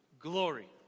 glory